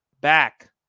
back